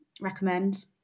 recommend